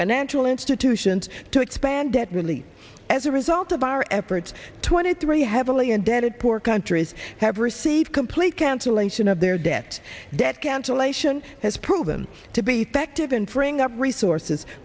financial institutions to expand debt relief as a result of our efforts twenty three heavily indebted poor countries have received complete cancellation of their debt debt cancellation has proven to be protective and bring up race sources